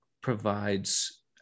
provides